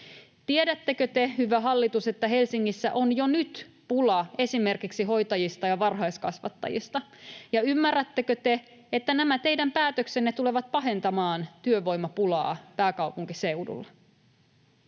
Tiedättekö te, hyvä hallitus, että Helsingissä on jo nyt pula esimerkiksi hoitajista ja varhaiskasvattajista? Ja ymmärrättekö te, että nämä teidän päätöksenne tulevat pahentamaan työvoimapulaa pääkaupunkiseudulla?